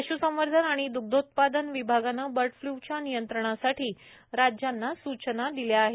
पश्संवर्धन आणि द्रगधोत्पादन विभागाने बर्ड फ्लूच्या नियंत्रणासाठी राज्यांना सूचना दिल्या आहेत